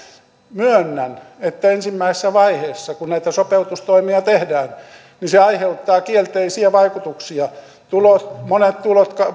myönnän että ensimmäisessä vaiheessa kun näitä sopeutustoimia tehdään se aiheuttaa kielteisiä vaikutuksia monet tulot